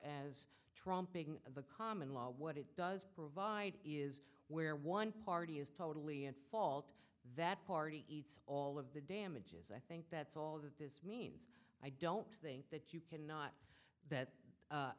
trumping the common law what it does provide is where one party is totally at fault that party eats all of the damages i think that's all that this means i don't think that you can not that a